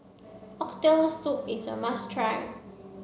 oxtail soup is a must try